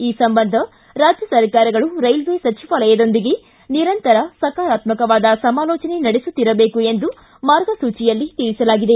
ಈ ಸಂಬಂಧ ರಾಜ್ಯ ಸರ್ಕಾರಗಳು ರೈಲ್ವೆ ಸಚಿವಾಲಯದೊಂದಿಗೆ ನಿರಂತರ ಸಕಾರಾತ್ಸಕವಾದ ಸಮಾಲೋಚನೆ ನಡೆಸುತ್ತಿರಬೇಕು ಎಂದು ಮಾರ್ಗಸೂಚಿಯಲ್ಲಿ ತಿಳಿಸಲಾಗಿದೆ